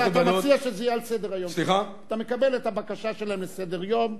אתה מקבל את הבקשה שלהם לסדר-יום,